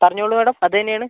പറഞ്ഞോളൂ മേഡം അതുതന്നെയാണ്